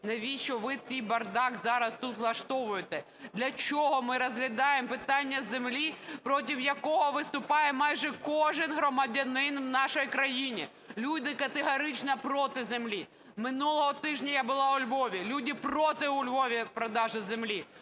навіщо ви цей бардак зараз тут влаштовуєте? Для чого ми розглядаємо питання землі, проти якого виступає майже кожен громадянин в нашій країні? Люди категорично проти землі. Минулого тижня я була у Львові, люди проти у Львові продажу землі.